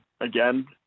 again